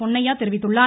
பொன்னையா தெரிவித்துள்ளார்